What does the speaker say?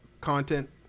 content